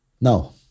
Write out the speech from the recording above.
Now